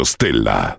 Stella